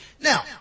Now